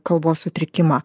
kalbos sutrikimą